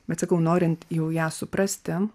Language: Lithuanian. bet sakau norint jau ją suprasti